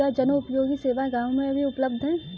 क्या जनोपयोगी सेवा गाँव में भी उपलब्ध है?